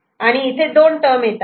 आणि इथे दोन टर्म येतात